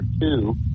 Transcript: two